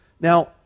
Now